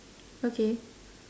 okay